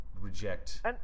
reject